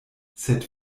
sed